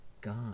God